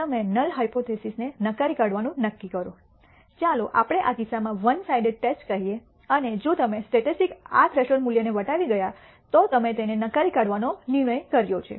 તમે નલ હાયપોથીસિસને નકારી કાઢવાનું નક્કી કરો ચાલો આપણે આ કિસ્સામાં વન સાઇડેડ ટેસ્ટ કહીએ અને જો તમે સ્ટેટિસ્ટિક્સ આ થ્રેશોલ્ડ મૂલ્યને વટાવી ગયા તો તમે તેને નકારી કાઢવાનો નિર્ણય કર્યો છે